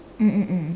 mm mm mm